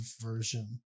version